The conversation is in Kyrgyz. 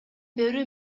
берүү